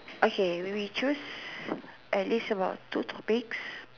okay we will choose at least about two topics